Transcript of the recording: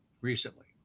recently